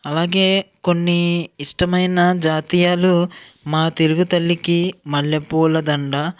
అలాగే కొన్ని ఇష్టమైన జాతీయాలు మా తెలుగు తల్లికి మల్లెపూల దండ